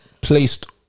placed